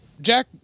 jack